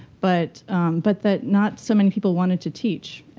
but but that not so many people wanted to teach.